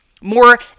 more